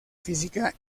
física